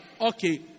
Okay